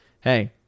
hey